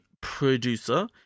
producer